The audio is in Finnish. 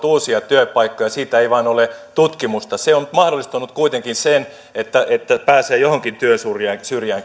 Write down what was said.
uusia työpaikkoja siitä ei vain ole tutkimusta se on mahdollistanut kuitenkin sen että että pääsee johonkin työnsyrjään